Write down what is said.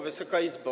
Wysoka Izbo!